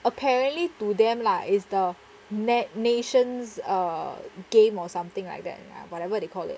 apparently to them lah is the net nations uh game or something like that lah whatever they call it